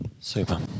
Super